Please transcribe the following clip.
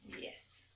Yes